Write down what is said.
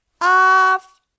Off